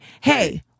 Hey